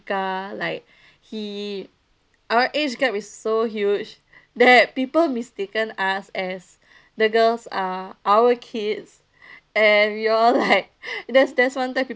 fika like he our age gap is so huge that people mistaken us as the girls are our kids and we all like there's there's one time